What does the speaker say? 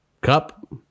cup